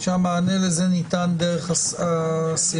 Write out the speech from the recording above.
המענה לזה ניתן דרך הסייגים,